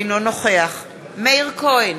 אינו נוכח מאיר כהן,